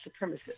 supremacists